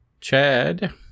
Chad